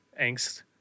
angst